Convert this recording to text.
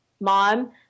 Mom